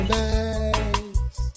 nice